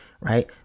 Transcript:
right